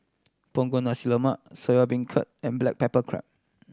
Punggol Nasi Lemak Soya Beancurd and black pepper crab